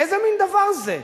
איזה מין דבר זה?